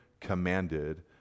commanded